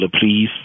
please